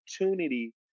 opportunity